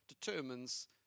determines